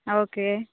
okay